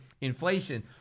inflation